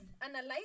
analyze